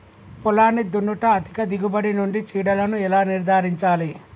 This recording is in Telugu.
పొలాన్ని దున్నుట అధిక దిగుబడి నుండి చీడలను ఎలా నిర్ధారించాలి?